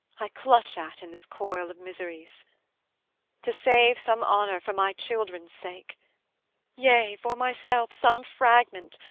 i clutch at in this coil of miseries to save some honour for my children's sake yea, for myself some fragment,